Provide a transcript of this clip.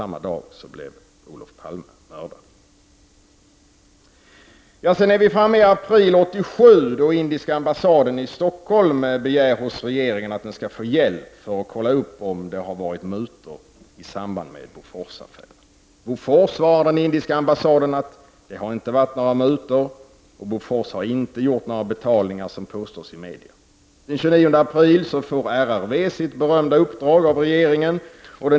I april 1987 begärde den indiska ambassaden i Stockholm hos regeringen hjälp för att kontrollera om det förekommit mutor i samband med Boforsaffären. Bofors svarade indiska ambassaden att det inte förekommit några mutor och att Bofors inte har gjort sådana betalningar som påstås i media. Den 29 april fick RRV sitt berömda uppdrag av regeringen.